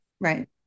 Right